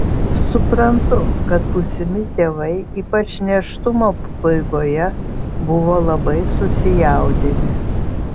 suprantu kad būsimi tėvai ypač nėštumo pabaigoje buvo labai susijaudinę